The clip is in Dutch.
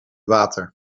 water